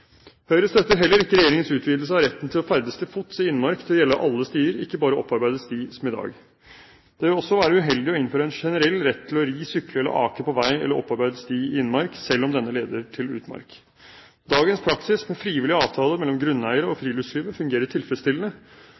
Høyre støtter heller ikke regjeringens utvidelse av retten til å ferdes til fots i innmark til å gjelde alle stier, ikke bare opparbeidet sti, som i dag. Det vil også være uheldig å innføre en generell rett til å ri, sykle eller ake på vei eller opparbeidet sti i innmark, selv om denne leder til utmark. Dagens praksis med frivillige avtaler mellom grunneiere og friluftslivet fungerer tilfredsstillende,